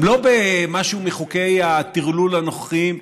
גם לא במשהו מחוקי הטרלול הנוכחיים,